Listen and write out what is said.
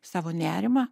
savo nerimą